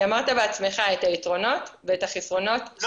אנחנו מבינים את הצורך